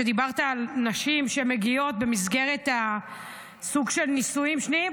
דיברת על נשים שמגיעות במסגרת סוג של נישואים שניים,